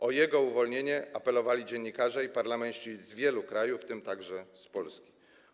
O jego uwolnienie apelowali dziennikarze i parlamentarzyści z wielu krajów, w tym z Polski.